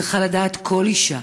צריכה לדעת כל אישה